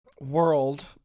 world